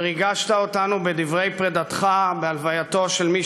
וריגשת אותנו בדברי פרידתך בהלווייתו של מי